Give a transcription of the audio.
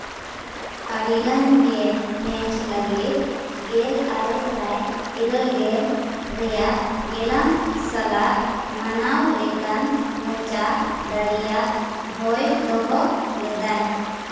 ᱟᱹᱰᱤᱜᱟᱱ ᱜᱮ ᱢᱮᱪ ᱞᱟᱹᱜᱤᱫ ᱜᱮᱞ ᱟᱨᱮ ᱥᱟᱭ ᱤᱨᱟᱹᱞ ᱜᱮᱞ ᱨᱮᱭᱟᱜ ᱜᱮᱞᱟᱝ ᱥᱟᱞᱟᱜ ᱢᱟᱱᱟᱣ ᱞᱮᱠᱟᱱ ᱢᱚᱪᱟ ᱫᱟᱲᱮᱭᱟᱜ ᱦᱚᱭ ᱫᱚᱦᱚ ᱞᱮᱫᱟᱭ